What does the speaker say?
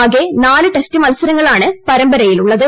ആകെ നാല് ടെസ്റ്റ് മത്സരങ്ങളാണ് പരമ്പരയിലുള്ളത്